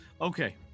Okay